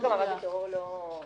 חוק המאבק בטרור לא כאן.